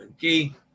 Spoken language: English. Key